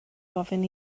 ofyn